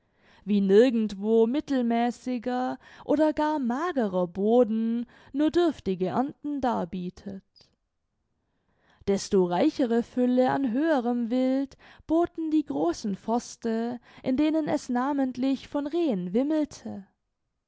wie nirgend wo mittelmäßiger oder gar magerer boden nur dürftige ernten darbietet desto reichere fülle an höherem wild boten die großen forste in denen es namentlich von rehen wimmelte